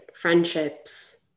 friendships